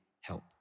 help